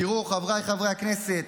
תראו, חבריי חברי הכנסת,